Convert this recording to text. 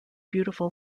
beautiful